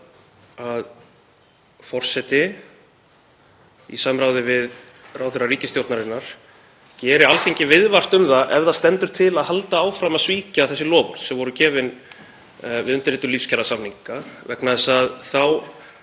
að forseti, í samráði við ráðherra ríkisstjórnarinnar, geri Alþingi viðvart um það ef til stendur að halda áfram að svíkja þessi loforð sem gefin voru við undirritun lífskjarasamninga, vegna þess að þá